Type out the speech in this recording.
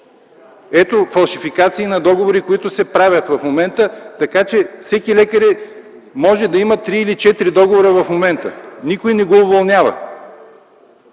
Ето фалшификации на договори, които се правят в момента, така че всеки лекар може да има три или четири договора в момента. Никой не го уволнява.